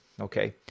okay